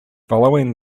following